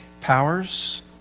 powers